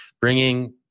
bringing